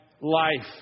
life